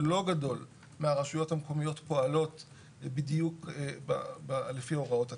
לא גדול מהרשויות המקומיות פועלות בדיוק לפי הוראות התמ"א.